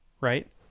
Right